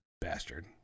bastard